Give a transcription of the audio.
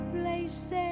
places